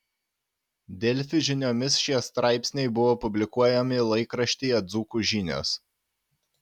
delfi žiniomis šie straipsniai buvo publikuojami laikraštyje dzūkų žinios